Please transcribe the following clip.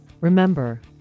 Remember